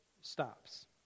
stops